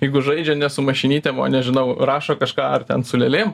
jeigu žaidžia ne su mašinytėm o nežinau rašo kažką ar ten su lėlėm